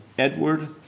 Edward